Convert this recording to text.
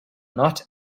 not